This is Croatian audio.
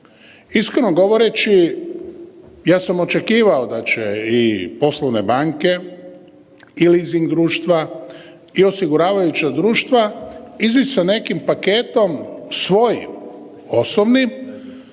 Iskreno govoreći ja sam očekivao da će i poslovne banke i leasing društva i osiguravajuća društva izići sa nekim paketom svojim osobnim